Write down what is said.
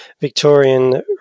Victorian